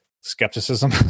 skepticism